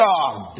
God